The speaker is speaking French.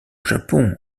japon